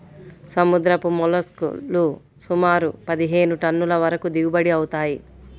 సముద్రపు మోల్లస్క్ లు సుమారు పదిహేను టన్నుల వరకు దిగుబడి అవుతాయి